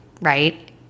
right